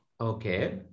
Okay